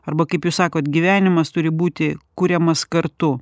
arba kaip jūs sakot gyvenimas turi būti kuriamas kartu